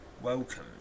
Welcome